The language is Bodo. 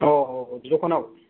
औ औ औ दखानाव